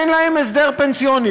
אין להם הסדר פנסיוני.